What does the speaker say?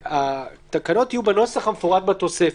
והתקנות יהיו בנוסח המפורט בתוספת.